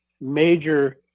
major